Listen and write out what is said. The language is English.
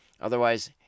Otherwise